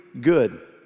good